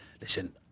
listen